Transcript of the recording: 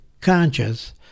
conscious